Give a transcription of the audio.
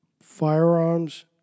firearms